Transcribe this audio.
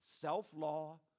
self-law